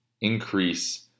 increase